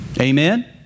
Amen